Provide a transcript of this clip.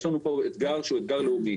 יש לנו פה אתגר שהוא אתגר לאומי,